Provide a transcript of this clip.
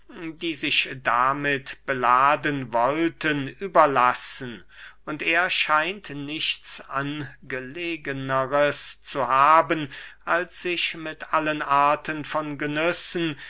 die sich damit beladen wollten überlassen und er scheint nichts angelegneres zu haben als sich mit allen arten von genüssen